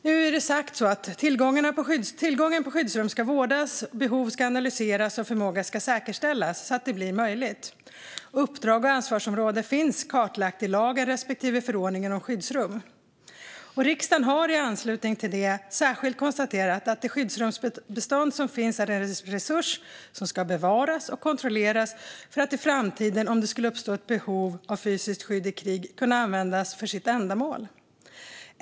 Det är sagt att tillgången på skyddsrum ska vårdas, behov ska analyseras och förmåga ska säkerställas, så att det blir möjligt. Uppdrag och ansvarsområde finns klarlagt i lagen respektive förordningen om skyddsrum. Riksdagen har i anslutning till detta särskilt konstaterat att det skyddsrumsbestånd som finns är en resurs som ska bevaras och kontrolleras för att i framtiden, om det skulle uppstå ett behov av fysiskt skydd i krig, kunna användas för sitt ändamål.